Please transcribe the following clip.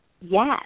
yes